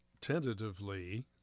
tentatively